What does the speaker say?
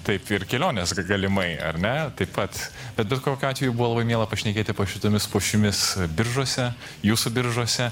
taip ir keliones ga galimai ar ne taip pat bet ir kokiu atveju buvo labai miela pašnekėti po šitomis pušimis biržuose jūsų biržuose